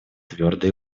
твердо